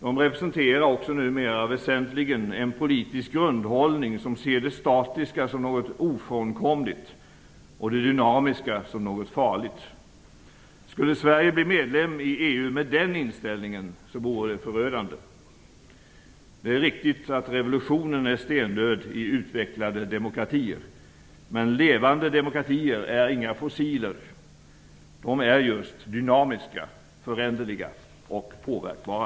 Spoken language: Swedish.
De representerar också numera väsentligen en politisk grundhållning som ser det statiska som något ofrånkomligt och det dynamiska som något farligt. Skulle Sverige bli medlem i EU med den inställningen vore det förödande. Det är riktigt att revolutionen är stendöd i utvecklade demokratier. Men levande demokratier är inga fossiler. De är just dynamiska, föränderliga och påverkbara.